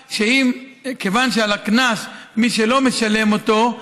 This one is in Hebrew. כיוון שעל הקנס, מי שלא משלם אותו,